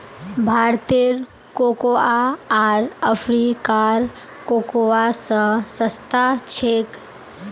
भारतेर कोकोआ आर अफ्रीकार कोकोआ स सस्ता छेक